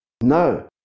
No